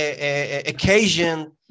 occasion